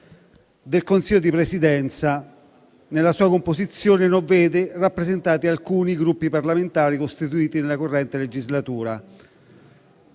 del Consiglio di Presidenza che, nella sua composizione, non vede rappresentati alcuni Gruppi parlamentari costituiti nella corrente legislatura.